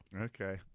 okay